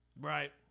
Right